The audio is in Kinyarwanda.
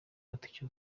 agatoki